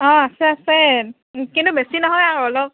অঁ আছে আছে কিন্তু বেছি নহয় আৰু অলপ